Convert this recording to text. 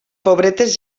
pobretes